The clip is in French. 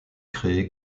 créé